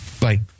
Bye